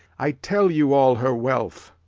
i tell you all her wealth.